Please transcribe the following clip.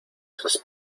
esas